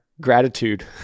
gratitude